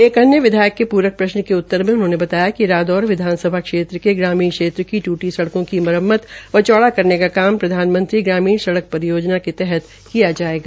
एक अन्य विधायक के पूरक प्रश्न के उत्तर में उनहोंने बताया कि रादौरा विधानसभा क्षेत्र के ग्रामीण क्षेत्र की ट्टी सड़कों की मरम्मत व चौड़ा करने का काम प्रधानमंत्री सड़क परियोजना के तहत किया जायेगा